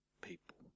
people